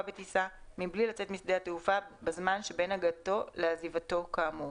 בטיסה מבלי לצאת משדה התעופה בזמן שבין הגעתו לעזיבתו כאמור."